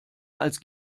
als